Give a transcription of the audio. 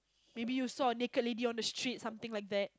maybe you saw a naked lady on the street something like that